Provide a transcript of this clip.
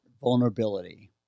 vulnerability